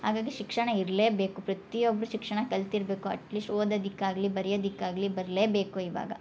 ಆಗಾಗಿ ಶಿಕ್ಷಣ ಇರ್ಲೇ ಬೇಕು ಪ್ರತಿಯೊಬ್ಬರು ಶಿಕ್ಷಣ ಕಲ್ತಿರಬೇಕು ಅಟ್ಲೀಸ್ಟ್ ಓದದಿಕಾಗಲಿ ಬರಿಯದಿಕಾಗಲಿ ಬರ್ಲೇ ಬೇಕು ಇವಾಗ